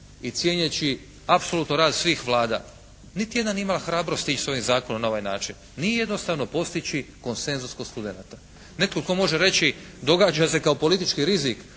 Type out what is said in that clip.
i cijeneći apsolutno rad svih Vlada, niti jedna nije imala hrabrosti ići sa ovim zakonom na ovaj način. Nije jednostavno postići koncezus kod studenata. Netko tko može reći događa se kao politički rizik